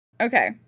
Okay